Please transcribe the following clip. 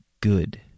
good